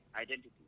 identity